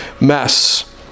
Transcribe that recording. mess